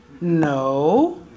No